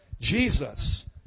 Jesus